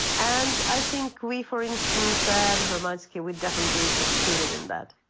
and i think we, for instance, at hromadske, we've definitely succeeded in that.